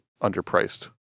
underpriced